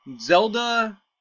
Zelda